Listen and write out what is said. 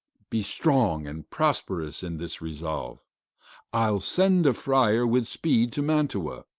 be strong and prosperous in this resolve i'll send a friar with speed to mantua,